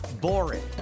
boring